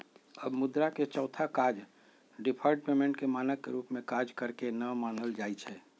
अब मुद्रा के चौथा काज डिफर्ड पेमेंट के मानक के रूप में काज करेके न मानल जाइ छइ